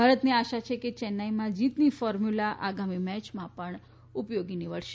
ભારતને આશા છે કે ચેન્નઈમાં જીતની ફોર્મ્યુલા આગામી મેચમાં પણ ઉપયોગી થશે